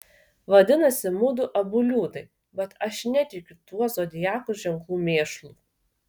vadinasi mudu abu liūtai bet aš netikiu tuo zodiako ženklų mėšlu